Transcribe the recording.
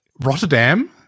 Rotterdam